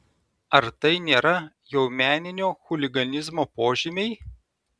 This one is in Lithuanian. ar tai nėra jau meninio chuliganizmo požymiai